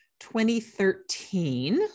2013